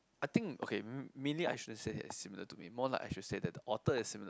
I think okay mainly I shouldn't he has similar to me more like I should say that the author is similar to